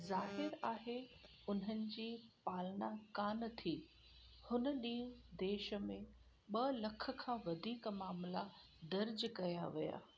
ज़ाहिर आहे उन्हनि जी पालना कोन्ह थी हुन ॾींहुं देश में ब॒ लख खां वधीक मामला दर्ज कया विया